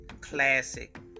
classic